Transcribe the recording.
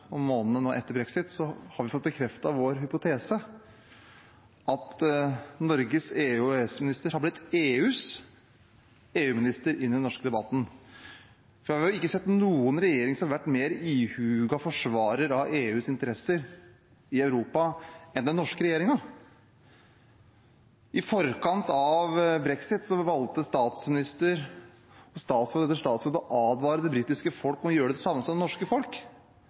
månedene nå etter brexit, har vi fått bekreftet vår hypotese: at Norges EU- og EØS-minister har blitt EUs EU-minister inn i den norske debatten. Vi har ikke sett noen regjering som har vært mer ihuga forsvarer av EUs interesser i Europa enn den norske regjeringen. I forkant av brexit valgte statsministeren og statsråd etter statsråd å advare det britiske folk mot å gjøre samme som det norske folk.